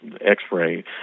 X-ray